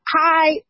Hi